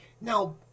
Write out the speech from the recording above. Now